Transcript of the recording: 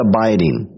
Abiding